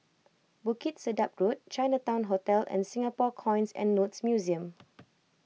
Bukit Sedap Road Chinatown Hotel and Singapore Coins and Notes Museum